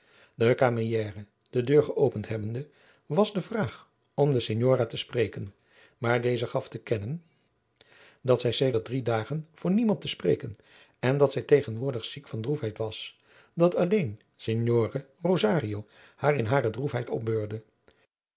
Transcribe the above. de camieriere de deur geopend hebbende was de vraag om de signora te spreken maar deze gaf te kennen dat zij sedert drie dagen voor niemand te spreken en dat zij tegenwoordig ziek van droefheid was dat alleen signore rosario haar in hare droefheid opbeurde